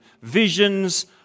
visions